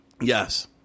Yes